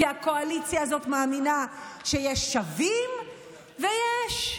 כי הקואליציה הזאת מאמינה שיש שווים ויש,